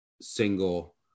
single